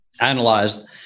analyzed